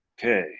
Okay